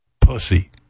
Pussy